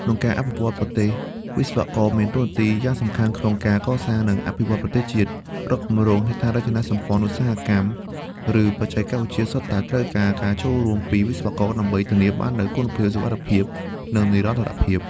ក្នុងការអភិវឌ្ឍន៍ប្រទេសវិស្វករ មានតួនាទីយ៉ាងសំខាន់ក្នុងការកសាង និងអភិវឌ្ឍប្រទេសជាតិ រាល់គម្រោងហេដ្ឋារចនាសម្ព័ន្ធឧស្សាហកម្ម ឬបច្ចេកវិទ្យាសុទ្ធតែត្រូវការការចូលរួមពីវិស្វករដើម្បីធានាបាននូវគុណភាពសុវត្ថិភាព និងនិរន្តរភាព។